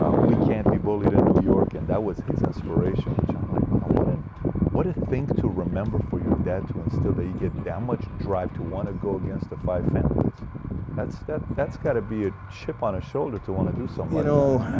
ah we can't be bullied in new york and that was his inspiration which i'm like wow what and what a thing to remember for your dad to instill there you get down much and drive to want to go against the five families that's that that's got to be a chip on his shoulder to want to do something. well. no